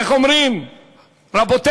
איך אומרים רבותינו?